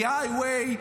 or the high way.